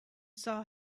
saw